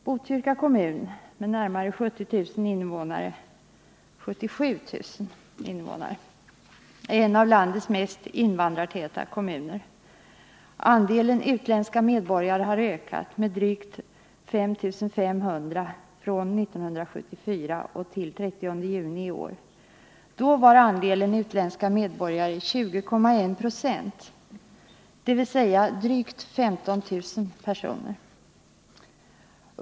Botkyrka kommun, med närmare 77 000 invånare, är en av landets mest invandrartäta kommuner. Andelen utländska medborgare har ökat med drygt 5 500 från 1974 till den 30 juni i år, då andelen utländska medborgare var 20,1 90, vilket motsvarar drygt 15 000 personer.